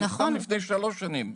הוא נחתם לפני שלוש שנים,